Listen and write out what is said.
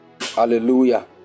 Hallelujah